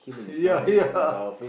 yeah yeah